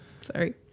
Sorry